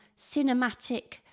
cinematic